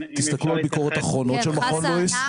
תסתכלו על הביקורות האחרונות של מכון לואיס.